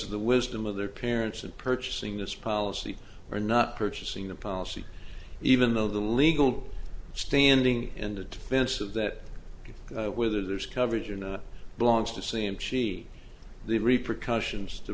of the wisdom of their parents and purchasing this policy or not purchasing the policy even though the legal standing in the defense of that whether there's coverage and blogs to see and she the repercussions t